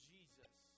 Jesus